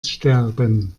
sterben